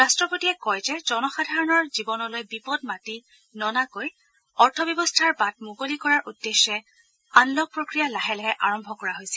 ৰাষ্টপতিয়ে কয় যে জনসাধাৰণৰ জীৱনলৈ বিপদ মাতি ননাকৈ অৰ্থব্যৱস্থাৰ বাট মুকলি কৰাৰ উদ্দেশ্যে আনলক প্ৰক্ৰিয়া লাহে লাহে আৰম্ভ কৰা হৈছিল